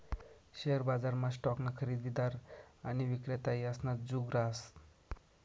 share बजारमा स्टॉकना खरेदीदार आणि विक्रेता यासना जुग रहास